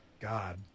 God